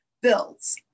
builds